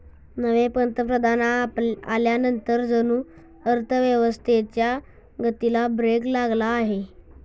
नवे पंतप्रधान आल्यानंतर जणू अर्थव्यवस्थेच्या गतीला ब्रेक लागला आहे